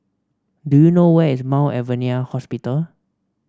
do you know where is Mount Alvernia Hospital